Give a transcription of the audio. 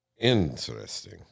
interesting